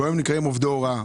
והיום הם נקראים עובדי הוראה.